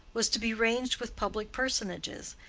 was to be ranged with public personages,